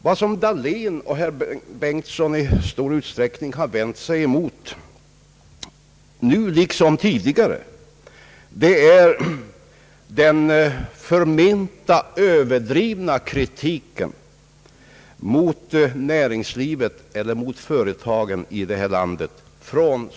Herr Dahlén och herr Bengtson har nu liksom tidigare i stor utsträckning vänt sig mot den förmenta överdrivna kritiken av näringslivet från socialdemokratins sida.